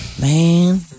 Man